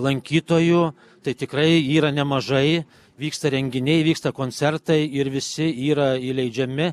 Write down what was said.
lankytojų tai tikrai yra nemažai vyksta renginiai vyksta koncertai ir visi yra įleidžiami